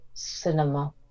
Cinema